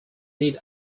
need